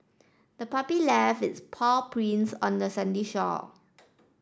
the puppy left its paw prints on the sandy shore